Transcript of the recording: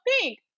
pink